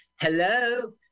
hello